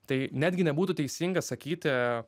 tai netgi nebūtų teisinga sakyti